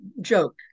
joke